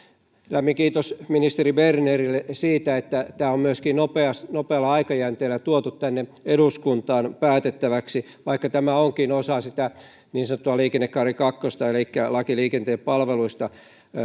lämmin kiitos ministeri bernerille siitä että tämä on myöskin nopealla aikajänteellä tuotu tänne eduskuntaan päätettäväksi vaikka tämä onkin osa sitä niin sanottua liikennekaari kakkosta elikkä lain liikenteen palveluista